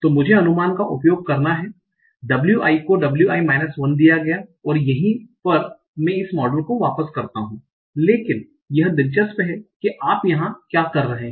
तो मुझे अनुमान का उपयोग केरना है w i को wi माइनस 1 दिया गया और यहीं पर मैं इस मॉडल को वापस करता हूं लेकिन यह दिलचस्प है कि आप यहां क्या देख रहे हैं